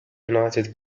united